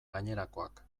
gainerakoak